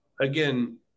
Again